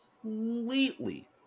completely